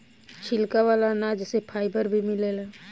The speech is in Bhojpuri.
छिलका वाला अनाज से फाइबर भी मिलेला